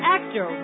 Actor